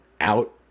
out